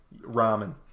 Ramen